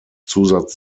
zusatz